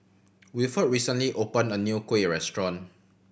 Wilford recently opened a new kuih restaurant